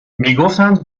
میگفتند